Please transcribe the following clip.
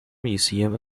museum